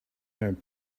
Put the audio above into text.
arab